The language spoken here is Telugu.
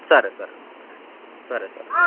సరే సరే ఓకేను అండి సరే సార్